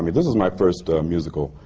this is my first musical,